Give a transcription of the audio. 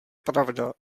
pravda